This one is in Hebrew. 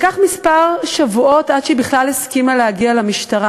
לקח כמה שבועות עד שהיא בכלל הסכימה להגיע למשטרה.